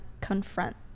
confront